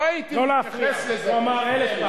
רוני, מי אמר את זה?